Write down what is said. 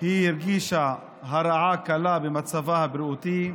היא הרגישה הרעה קלה במצבה הבריאותי.